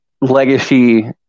legacy